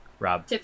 Rob